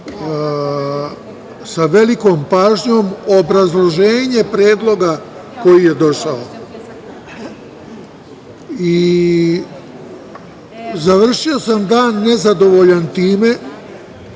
sa velikom pažnjom, obrazloženje predloga koji je došao. Završio sam dan nezadovoljan time,